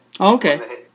Okay